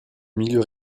milieu